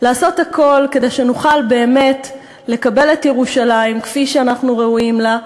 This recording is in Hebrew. הוא לעשות הכול כדי שנוכל באמת לקבל את ירושלים כפי שאנחנו ראויים לה,